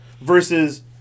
versus